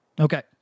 okay